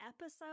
episode